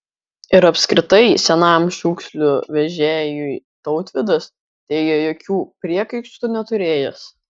ir apskritai senajam šiukšlių vežėjui tautvydas teigė jokių priekaištų neturėjęs